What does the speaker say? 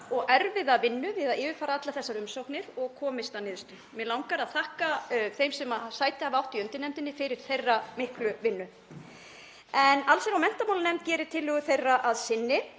og erfiða vinnu við að yfirfara allar þessar umsóknir og komist að niðurstöðu. Mig langar að þakka þeim sem sæti hafa átt í undirnefndinni fyrir þeirra miklu vinnu. Allsherjar- og menntamálanefnd gerir tillögu þeirra að sinni